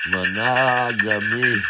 Monogamy